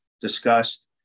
discussed